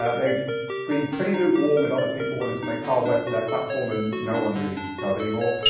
ah they've been pretty lukewarm with other people wanting to make hardware for their platform and no one really does anymore.